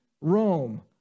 Rome